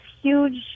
huge